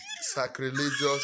sacrilegious